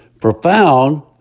Profound